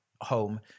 home